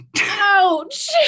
Ouch